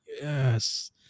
yes